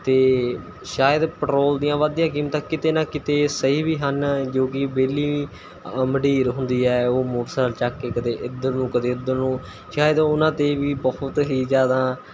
ਅਤੇ ਸ਼ਾਇਦ ਪੈਟਰੋਲ ਦੀਆਂ ਵੱਧਦੀਆਂ ਕੀਮਤਾਂ ਕਿਤੇ ਨਾ ਕਿਤੇ ਸਹੀ ਵੀ ਹਨ ਜੋ ਕਿ ਵਿਹਲੀ ਮੰਡੀਰ ਹੁੰਦੀ ਹੈ ਉਹ ਮੋਟਰਸਾਇਕਲ ਚੱਕ ਕੇ ਕਦੇ ਇੱਧਰ ਨੂੰ ਕਦੇ ਉੱਧਰ ਨੂੰ ਸ਼ਾਇਦ ਉਹਨਾਂ 'ਤੇ ਵੀ ਬਹੁਤ ਹੀ ਜ਼ਿਆਦਾ